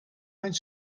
mijn